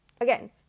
Again